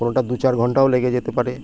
কোনোটা দু চার ঘন্টাও লেগে যেতে পারে